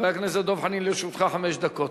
חבר הכנסת דב חנין, לרשותך חמש דקות.